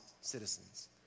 citizens